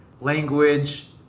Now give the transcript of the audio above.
language